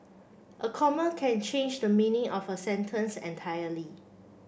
a comma can change the meaning of a sentence entirely